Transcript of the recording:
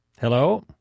Hello